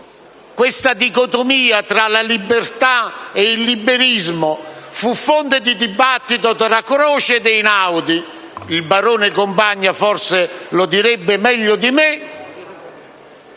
questa dicotomia tra libertà e liberismo fu fonte di dibattito tra Croce ed Einaudi - il barone Compagna forse lo direbbe meglio di me